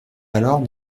alors